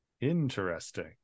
Interesting